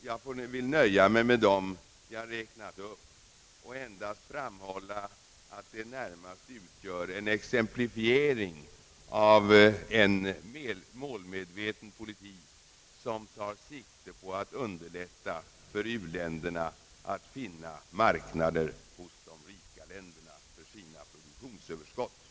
Jag vill nöja mig med dem jag räknat upp och endast framhålla att de närmast utgör en exemplifiering av en målmedveten politik som tar sikte på att underlätta för u-länderna att finna marknader hos de rika länderna för sina produkter.